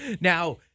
Now